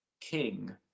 king